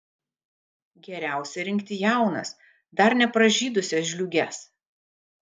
geriausia rinkti jaunas dar nepražydusias žliūges